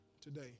today